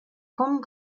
kommen